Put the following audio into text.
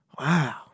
Wow